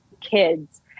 kids